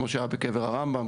כמו שהיה בקבר הרמב"ם,